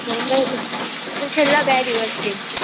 છેલ્લા બે દિવસથી છે